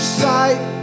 sight